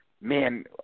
man